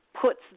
puts